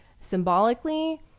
symbolically